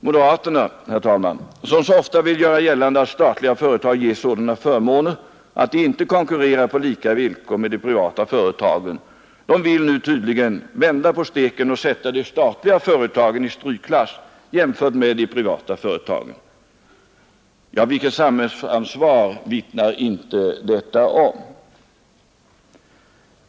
Moderaterna, herr talman, som så ofta vill göra gällande att statliga företag ges sådana förmåner att de inte konkurrerar på lika villkor med de privata företagen, vill nu tydligen vända på steken och sätta de statliga företagen i strykklass jämfört med de privata företagen. Vilket samhällsansvar vittnar inte detta om!